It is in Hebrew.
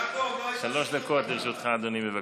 יעקב, לא, שלוש דקות לרשותך, אדוני, בבקשה.